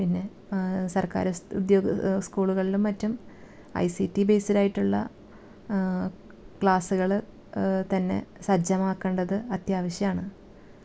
പിന്നെ സർക്കാർ ഉദ്യോഗ സ്കൂളുകളിലും മറ്റും ഐ സി ടി ബേസ്ഡ് ആയിട്ടുള്ള ക്ലാസ്സുകൾ തന്നെ സജ്ജമാക്കേണ്ടത് അത്യാവശ്യമാണ്